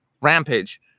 rampage